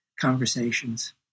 conversations